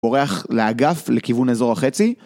בורח לאגף לכיוון אזור החצי